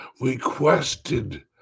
requested